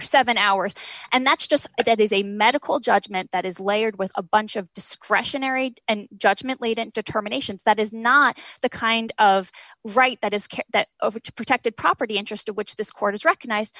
or seven hours and that's just that is a medical judgment that is layered with a bunch of discretionary and judgment latent determination that is not the kind of right that is that over to protect a property interest of which this court has recognize